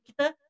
kita